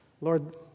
Lord